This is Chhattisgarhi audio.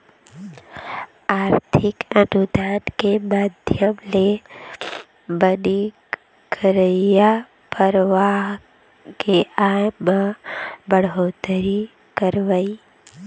आरथिक अनुदान के माधियम ले बनी करइया परवार के आय म बड़होत्तरी करवई